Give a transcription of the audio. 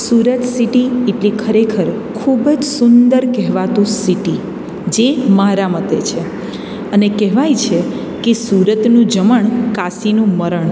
Surat city એટલે ખરેખર ખૂબ જ સુંદર કહેવાતું સિટી જે મારા મતે છે અને કહેવાય છે કે સુરતનું જમણ કાશીનું મરણ